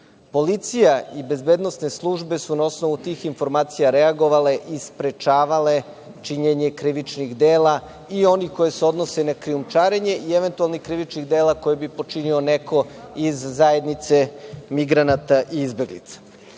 Policija i bezbednosne službe su na osnovu tih informacija reagovale i sprečavale činjenje krivičnih dela i onih koje se odnose na krijumčarenje i eventualnih krivičnih dela koje bi počinio neko iz zajednice migranata i izbeglica. Dakle,